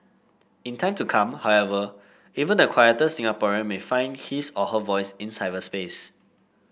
in time to come however even the quieter Singaporean may find his or her voice in cyberspace